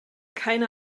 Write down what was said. keine